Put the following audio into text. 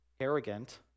arrogant